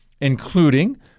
including